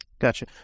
gotcha